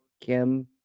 Kim